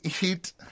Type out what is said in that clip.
eat